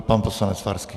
Pan poslanec Farský.